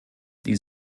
die